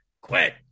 quit